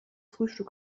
frühstück